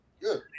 Good